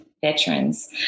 veterans